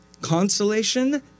Consolation